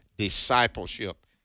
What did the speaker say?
discipleship